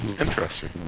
Interesting